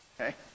Okay